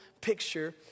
picture